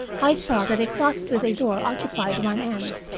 i saw that a closet with a door occupied one end.